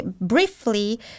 briefly